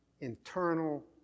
internal